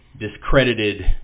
discredited